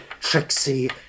Trixie